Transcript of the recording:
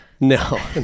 No